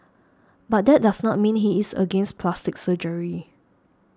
but that does not mean he is against plastic surgery